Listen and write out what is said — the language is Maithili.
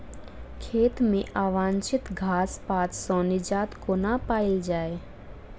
खेत मे अवांछित घास पात सऽ निजात कोना पाइल जाइ?